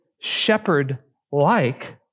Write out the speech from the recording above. shepherd-like